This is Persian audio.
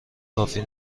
کافی